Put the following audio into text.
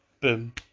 Boom